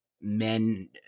men